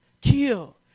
kill